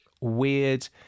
weird